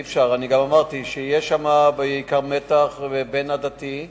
יש שם בעיקר מתח בין-עדתי,